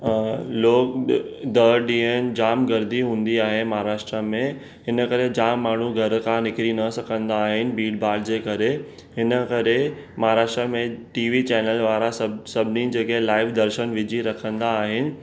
लोग ॾह ॾींहंनि जामु गर्दी हूंदी आहे महाराष्ट्र में हिन करे जामु माण्हू घर खां निकिरी न सघंदा आहिनि भीड़ भाड़ जे करे हिन करे महाराष्ट्र में टी वी चैनल वारा सभु सभिनी जेके लाइव दर्शन विझी रखंदा आहिनि